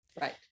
Right